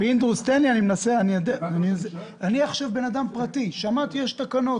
אני אדם פרטי ושמעתי שיש תקנות.